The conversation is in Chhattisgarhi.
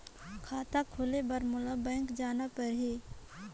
खाता खोले बर मोला बैंक जाना परही?